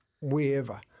wherever